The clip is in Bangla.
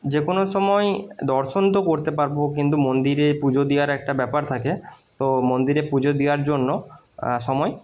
যে কোনো সময়েই দর্শন তো করতে পারবো কিন্তু মন্দিরে পুজো দেয়ার একটা ব্যাপার থাকে তো মন্দিরে পুজো দেয়ার জন্য সময়